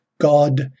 God